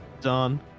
done